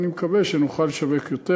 ואני מקווה שנוכל לשווק יותר.